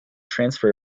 transfer